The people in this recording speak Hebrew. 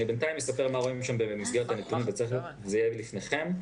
בינתיים אספר מה רואים שם במסגרת הנתונים ותיכף זה יהיה לפניכם.